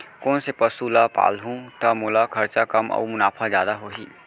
कोन से पसु ला पालहूँ त मोला खरचा कम अऊ मुनाफा जादा होही?